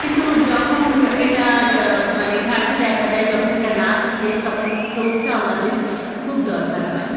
কিন্তু যখন এটার মানে ঘাটতি দেখা যায় যখন এটা না থাকে তখন স্টোভটা আমাদের খুব দরকার হয়